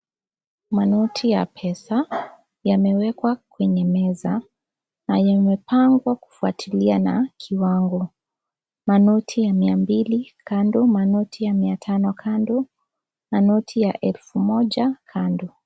Manoti ya pesa yamewekwa kwenye meza na yamepangwa kufuatilia na kiwango manoti ya miambili kando manoti ya mia tano kando manoti ya elfu moja kando.